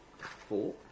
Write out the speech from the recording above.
four